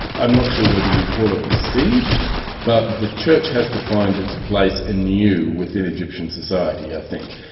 i'm not sure whether you'd call it besieged but the church has to find its place anew within egyptian society i think.